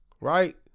right